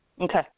Okay